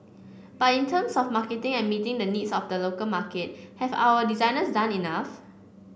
but in terms of marketing and meeting the needs of the local market have our designers done enough